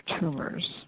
tumors